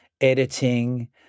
editing